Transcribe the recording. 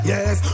Yes